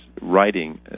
writing